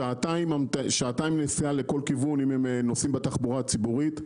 שעתיים נסיעה לכל כיוון אם הם נוסעים בתחבורה הציבורית.